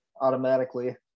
automatically